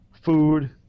Food